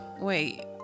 wait